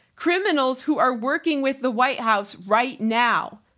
criminals who are working with the white house right now.